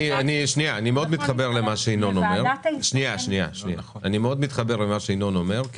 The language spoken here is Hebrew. אני מתחבר מאוד אל מה שינון אומר.